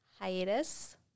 hiatus